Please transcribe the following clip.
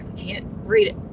can't read it.